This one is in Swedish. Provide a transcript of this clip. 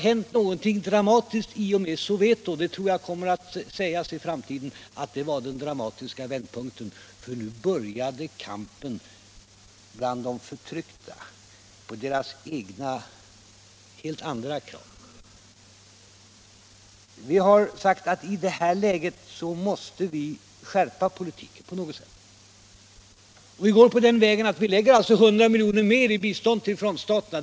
Men de dramatiska händelserna i Soweto — tror jag det kommer att sägas i framtiden — var början till kampen bland de förtryckta i och med deras nya och helt andra krav. Här måste vi på något sätt skärpa politiken. Vår ena markering är att vi föreslår 100 milj.kr. mer till frontstaterna.